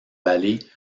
vallée